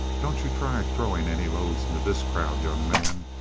don't you try throwing any loads into this crowd, young man.